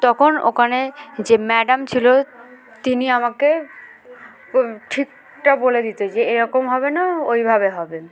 তখন ওখানে যে ম্যাডাম ছিল তিনি আমাকে ঠিকটা বলে দিত যে এরকম হবে না ওইভাবে হবে